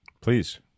Please